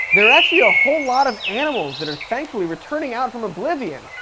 there are actually a whole lot of animals that are thankfully returning out from oblivion,